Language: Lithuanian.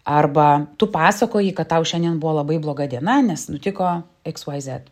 arba tu pasakoji kad tau šiandien buvo labai bloga diena nes nutiko iks vai zet